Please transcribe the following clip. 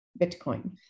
Bitcoin